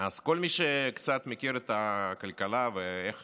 אז כל מי שקצת מכיר את הכלכלה ואיך